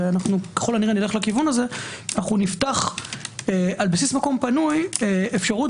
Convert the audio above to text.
וככל הנראה נלך לכיוון הזה נפתח על בסיס מקום פנוי אפשרות